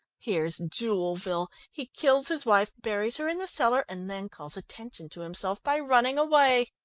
here's jewelville he kills his wife, buries her in the cellar, and then calls attention to himself by running away.